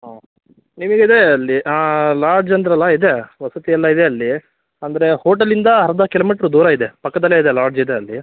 ಹಾಂ ನಿಮಿಗೆ ಇದೆ ಅಲ್ಲಿ ಲಾಡ್ಜ್ ಅಂದ್ರಲ್ಲಾ ಇದೆ ವಸತಿ ಎಲ್ಲ ಇದೆ ಅಲ್ಲಿ ಅಂದ್ರೆ ಹೋಟೆಲಿಂದ ಅರ್ಧ ಕಿಲೋಮೀಟ್ರ್ ದೂರ ಇದೆ ಪಕ್ಕದಲ್ಲೆ ಇದೆ ಲಾಡ್ಜ್ ಇದೆ ಅಲ್ಲಿ